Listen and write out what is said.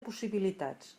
possibilitats